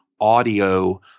audio